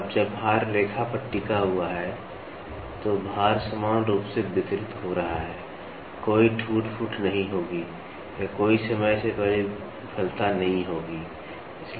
अब जब भार रेखा पर टिका हुआ है तो भार समान रूप से वितरित हो रहा है कोई टूट फूट नहीं होगी या कोई समय से पहले विफलता नहीं होगी